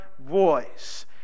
voice